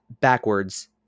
backwards